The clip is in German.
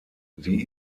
sie